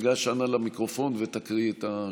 גש למיקרופון ותקריא את השאילתה.